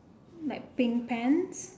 like pink pants